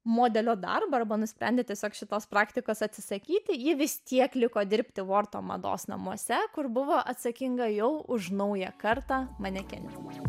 modelio darbą arba nusprendė tiesiog šitos praktikos atsisakyti ji vis tiek liko dirbti borto mados namuose kur buvo atsakinga jau už naują kartą manekenių